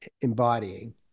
embodying